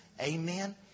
Amen